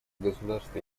государство